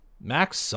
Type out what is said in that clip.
max